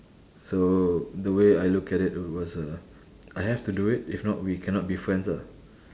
so the way I look at it it was a I have to do it if not we cannot be friends ah